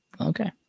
okay